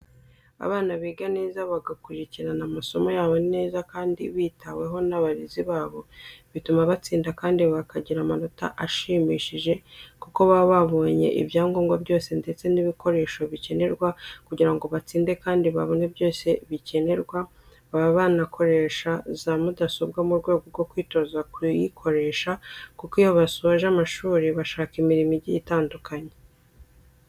Abana biga neza bagakurikirana amasomo yabo neza kandi bitaweho n'abarezi babo bituma batsinda kandi bakagira amanota ashimishije kuko baba babonye ibyangombwa byose ndetse n'ibikoresho bikenerwa kugira ngo batsinde kandi babone byose bikenerwa, baba banakoresha za mudasobwa mu rwego rwo kwitoza kuyikoresha kuko iyo basoje amashuri bashaka imirimo igiye itandukanye.